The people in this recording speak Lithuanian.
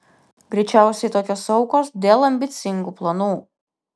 greičiausiai tokios aukos dėl ambicingų planų